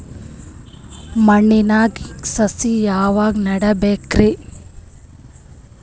ಮಣ್ಣಿನಾಗ ಸಸಿ ಯಾವಾಗ ನೆಡಬೇಕರಿ?